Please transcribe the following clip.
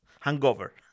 hangover